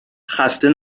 خسته